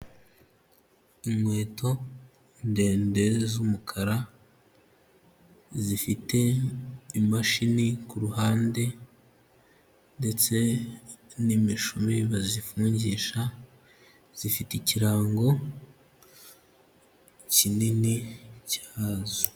Inkweto, ndende z'umukara zifite imashini kuruhande ndetse n'imishumi bazifungisha zifite ikirango kinini cyazo.